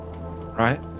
Right